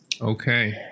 okay